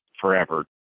forever